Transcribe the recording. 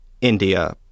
India